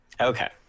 Okay